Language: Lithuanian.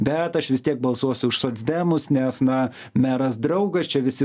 bet aš vis tiek balsuosiu už socdemus nes na meras draugas čia visi